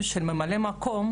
הכול מסודר,